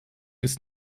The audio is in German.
ist